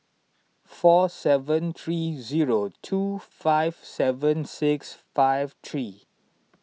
four seven three zero two five seven six five three